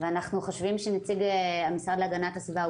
ואנחנו חושבים שנציג המשרד להגנת הסביבה הוא